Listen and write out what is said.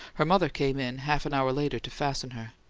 her mother came in, half an hour later, to fasten her.